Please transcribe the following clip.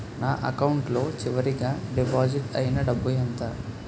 నా అకౌంట్ లో చివరిగా డిపాజిట్ ఐనా డబ్బు ఎంత?